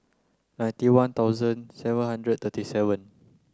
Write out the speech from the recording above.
ninety one thousand seven hundred and thirty seven